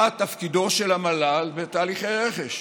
מה תפקידו של המל"ל בתהליכי רכש?